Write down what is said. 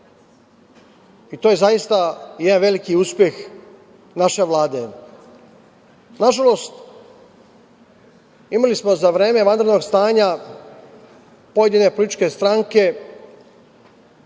To je zaista jedan veliki uspeh naše Vlade. Nažalost, imali smo za vreme vanrednog stanja pojedine političke stranke,